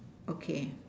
okay